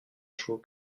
jouer